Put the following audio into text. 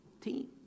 team